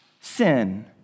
Sin